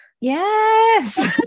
Yes